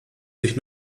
sich